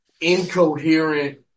incoherent